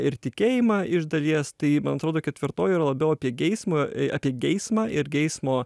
ir tikėjimą iš dalies tai man atrodo ketvirtoji yra labiau apie geismą apie geismą ir geismo